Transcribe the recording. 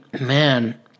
man